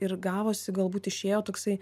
ir gavosi galbūt išėjo toksai